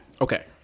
Okay